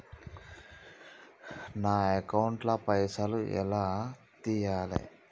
నా అకౌంట్ ల పైసల్ ఎలా తీయాలి?